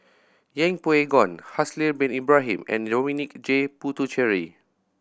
Yeng Pway Ngon Haslir Bin Ibrahim and Dominic J Puthucheary